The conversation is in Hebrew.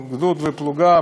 או גדוד ופלוגה,